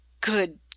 Good